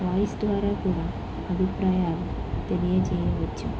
voice ద్వారా కూడా అభిప్రాయాలు తెలియజేయవచ్చు